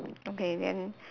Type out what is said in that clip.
okay then